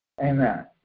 Amen